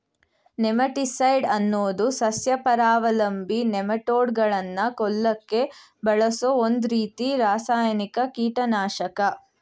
nematicide ಅನ್ನೋದು ಸಸ್ಯಪರಾವಲಂಬಿ ನೆಮಟೋಡ್ಗಳನ್ನ ಕೊಲ್ಲಕೆ ಬಳಸೋ ಒಂದ್ರೀತಿ ರಾಸಾಯನಿಕ ಕೀಟನಾಶಕ